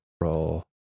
Roll